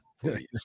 Please